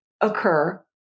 occur